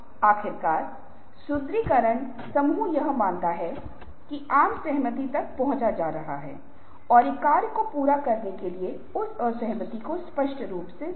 या तो आप समय का प्रबंधन करते हैं या समय आपको प्रबंधित करेगा क्योंकि यह एक सीमित संसाधन है एक बार जब यह चला जाता है तो यह स्थायी रूप से चला जाता है